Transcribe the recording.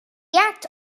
act